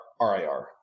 RIR